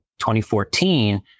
2014